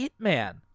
Hitman